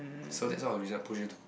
so that's one of the reason push you to